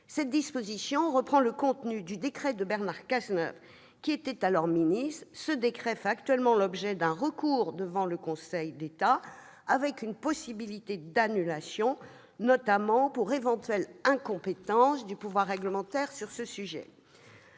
Cette disposition reprend le contenu du décret du 3 mai 2017 de Bernard Cazeneuve, alors ministre. Ce décret fait actuellement l'objet d'un recours devant le Conseil d'État, avec une possibilité d'annulation, notamment pour incompétence du pouvoir réglementaire sur le sujet.